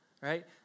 right